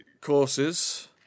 courses